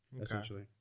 essentially